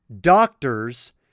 doctors